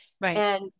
Right